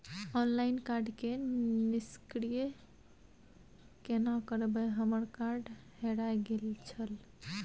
Online card के निष्क्रिय केना करबै हमर कार्ड हेराय गेल छल?